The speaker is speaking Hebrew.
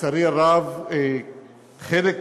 לצערי הרב, חלק